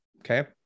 Okay